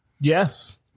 Yes